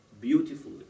beautifully